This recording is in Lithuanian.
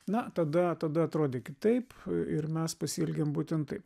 na tada tada atrodė kitaip ir mes pasielgėm būtent taip